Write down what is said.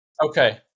Okay